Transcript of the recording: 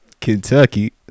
Kentucky